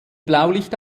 blaulicht